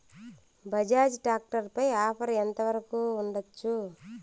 Bajaj tractor పై offer ఎంత వరకు ఉండచ్చు?